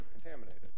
contaminated